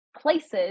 places